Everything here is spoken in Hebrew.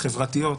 החברתיות,